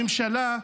הממשלה,